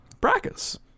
Brackets